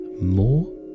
more